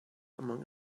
among